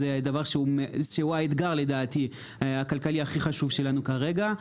זה דבר שהוא האתגר לדעתי הכלכלי הכי חשוב שלנו כרגע.